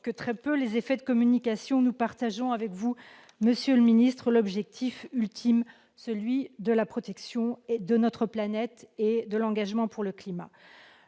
que très peu les effets de communication, mais que nous partageons avec vous, monsieur le ministre d'État, l'objectif ultime, celui de la protection de notre planète et de l'engagement pour le climat.